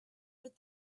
but